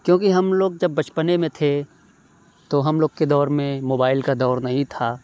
کیوں کہ ہم لوگ جب بچپنے میں تھے تو ہم لوگ کے دور میں موبائل کا دور نہیں تھا